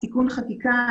תיקון חקיקה.